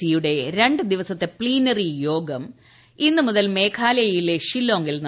C യുടെ രണ്ട് ദിവസത്തെ പ്തീനറി യോഗം ഇന്ന് മുതൽ മേഘാലയയിലെ ഷില്ലോങിൽ നടക്കും